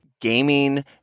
gaming